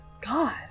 God